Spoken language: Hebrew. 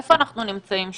איפה אנחנו נמצאים שם?